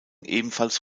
ebenfalls